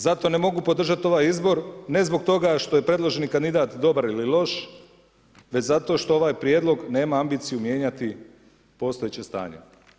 Zato ne mogu podržat ovaj izbor, ne zbog toga što je predloženi kandidat dobar ili loš, već zato što ovaj prijedlog nema ambiciju mijenjati postojeće stanje.